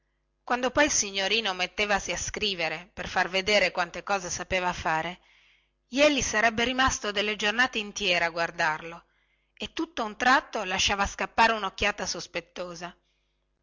quando poi il signorino mettevasi a scrivere per far vedere quante cose sapeva fare jeli sarebbe rimasto delle giornate intiere a guardarlo e tutto a un tratto lasciava scappare unocchiata sospettosa